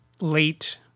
late